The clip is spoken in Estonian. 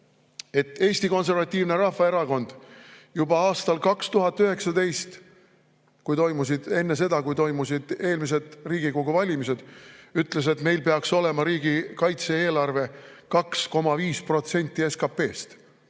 Eesti Konservatiivne Rahvaerakond juba aastal 2019, enne seda, kui toimusid eelmised Riigikogu valimised, ütles, et meil peaks olema riigi kaitse-eelarve 2,5% SKP‑st,